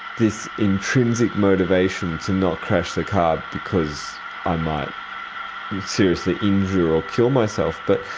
this intrinsic motivation to not crash the car because i might seriously injure or kill myself. but